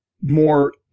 more